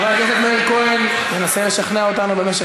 חבר הכנסת מאיר כהן ינסה לשכנע אותנו במשך